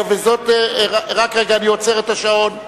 רק רגע, אני עוצר את השעון.